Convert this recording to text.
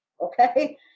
Okay